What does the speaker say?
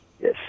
Yes